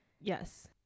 yes